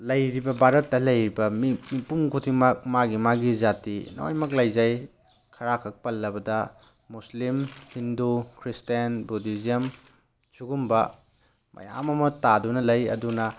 ꯂꯩꯔꯤꯕ ꯚꯥꯔꯠꯇ ꯂꯩꯔꯤꯕ ꯃꯤꯄꯨꯡ ꯈꯨꯗꯤꯡꯃꯛ ꯃꯥꯒꯤ ꯃꯥꯒꯤ ꯖꯥꯇꯤ ꯂꯣꯏꯃꯛ ꯂꯩꯖꯩ ꯈꯔꯈꯛ ꯄꯜꯂꯕꯗ ꯃꯨꯁꯂꯤꯝ ꯍꯤꯟꯗꯨ ꯈ꯭ꯔꯤꯁꯇꯥꯟ ꯚꯨꯗꯤꯖꯝ ꯁꯨꯒꯨꯝꯕ ꯃꯌꯥꯝ ꯑꯃ ꯇꯥꯗꯨꯅ ꯂꯩ ꯑꯗꯨꯅ